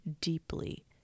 deeply